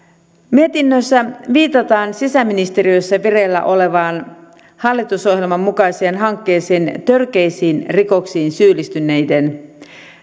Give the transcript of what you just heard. mietinnössä viitataan sisäministeriössä vireillä olevaan hallitusohjelman mukaiseen hankkeeseen törkeisiin rikoksiin syyllistyneiden